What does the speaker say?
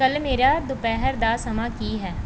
ਕੱਲ੍ਹ ਮੇਰਾ ਦੁਪਹਿਰ ਦਾ ਸਮਾਂ ਕੀ ਹੈ